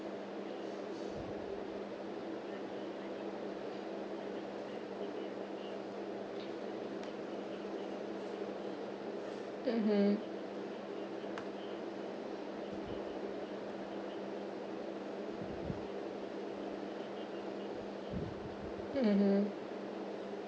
mmhmm mmhmm